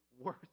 worth